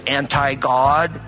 anti-God